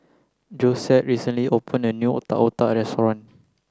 Josette recently opened a new Otak Otak restaurant